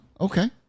Okay